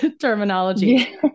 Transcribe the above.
terminology